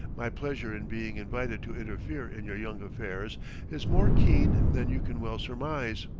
my pleasure in being invited to interfere in your young affairs is more keen than you can well surmise.